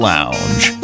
Lounge